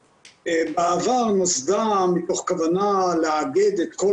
בעבר נוסדה מתוך כוונה לאגד את כל